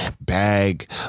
bag